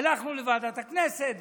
הלכנו לוועדת הכנסת וחזרנו,